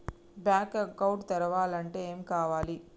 Bank account తెరవాలంటే ఏమేం కావాలి?